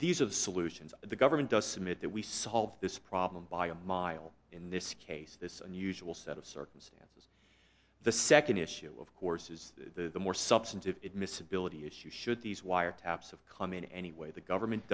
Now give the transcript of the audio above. these of solutions the government does submit that we solve this problem by a mile in this case this unusual set of circumstances the second issue of course is the more substantive admissibility issue should these wiretaps of come in any way the government